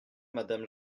madame